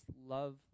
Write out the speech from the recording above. love